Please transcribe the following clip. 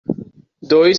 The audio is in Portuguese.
dois